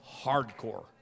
Hardcore